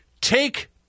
Take